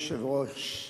אדוני היושב-ראש,